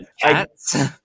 Cats